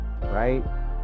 right